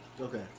Okay